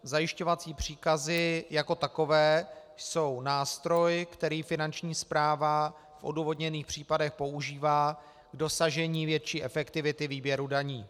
Zajišťovací příkazy jako takové jsou nástroj, který Finanční správa v odůvodněných případech používá k dosažení větší efektivity výběru daní.